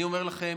אני אומר לכם,